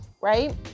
right